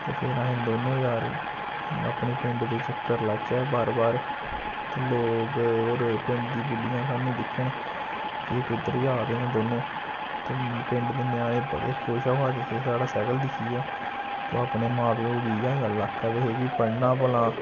ते फिर अस दोनों यार अपने पिंड दे चक्कर लाच्चै बार बार ते लोक होर पिंड दी बुड्डियां सानूं दिक्खन कि एह् कुद्धर जा दे न दोनों ते पिंड दे ञ्याणे बड़े खुश होआ दे हे साढ़ा सैकल दिक्खियै ते ओह् अपने मां प्यो गी इ'यै गल्ल आक्खा दे हे कि पढ़ना भला